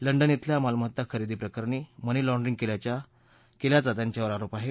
London इथल्या मालमत्ता खरेदीप्रकरणी मनी लाँडरिंग केल्याचा त्यांच्यावर आरोप आहे